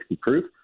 proof